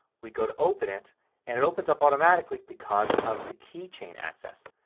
we go to open it and it opens up automatically because of the keychain access.